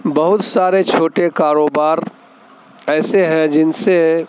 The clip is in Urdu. بہت سارے چھوٹے کاروبار ایسے ہیں جن سے